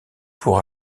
pour